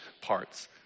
parts